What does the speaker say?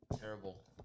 terrible